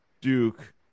duke